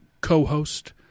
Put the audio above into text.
co-host